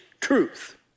truth